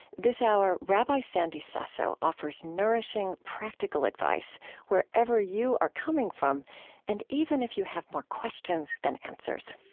this hour, rabbi sandy sasso offers nourishing, practical advice wherever you are coming from and even if you have more questions than answers